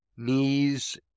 knees